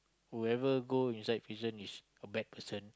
whoever go inside prison is a bad person